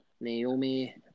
Naomi